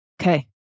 Okay